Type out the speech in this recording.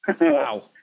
Wow